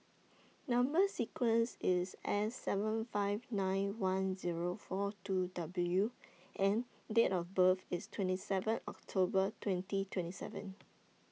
Number sequence IS S seven five nine one Zero four two W and Date of birth IS twenty seven October twenty twenty seven